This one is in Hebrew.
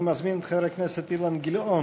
אני מזמין את חבר הכנסת אילן גילאון,